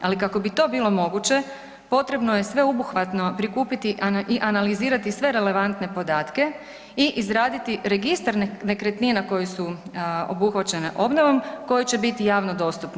Ali kako bi to bilo moguće potrebno je sveobuhvatno prikupiti i analizirati sve relevantne podatke i izraditi registar nekretnina koje su obuhvaćene obnovom koji će biti javno dostupni.